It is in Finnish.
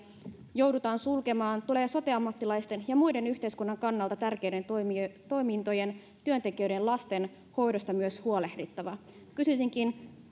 joudutaan sulkemaan tulee sote ammattilaisten ja muiden yhteiskunnan kannalta tärkeiden toimintojen toimintojen työntekijöiden lastenhoidosta myös huolehtia kysyisinkin